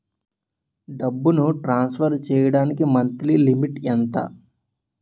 డబ్బును ట్రాన్సఫర్ చేయడానికి monthly limit ఎంత?